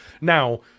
Now